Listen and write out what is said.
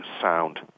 sound